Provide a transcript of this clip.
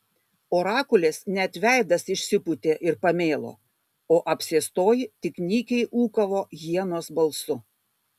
orakulės net veidas išsipūtė ir pamėlo o apsėstoji tik nykiai ūkavo hienos balsu